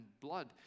blood